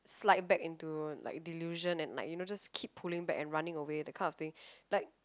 slide back into like delusion and like you know just keep pulling back and running away that kind of thing like